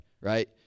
Right